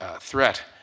threat